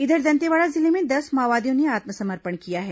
इधर दंतेवाड़ा जिले में दस माओवादियों ने आत्मसमर्पण किया है